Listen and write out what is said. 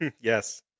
Yes